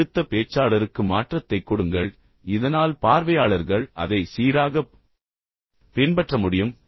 எனவே அடுத்த பேச்சாளருக்கு குறிப்பாக குழு விளக்கக்காட்சியில் மாற்றத்தைக் கொடுங்கள் இதனால் பார்வையாளர்கள் அதை சீராகப் பின்பற்ற முடியும்